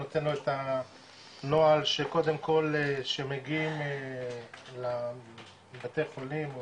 הוצאנו את הנוהל שקודם כל שמגיעים לבתי חולים,